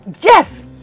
yes